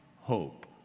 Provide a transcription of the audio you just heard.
hope